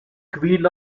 queen